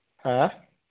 ꯍꯥ